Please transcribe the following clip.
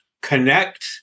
connect